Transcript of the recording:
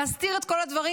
להסתיר את כל הדברים,